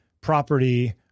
property